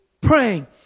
praying